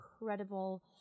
incredible